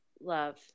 love